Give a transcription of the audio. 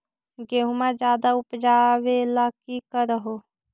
गेहुमा ज्यादा उपजाबे ला की कर हो?